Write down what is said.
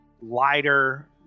lighter